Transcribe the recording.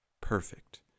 perfect